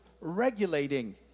regulating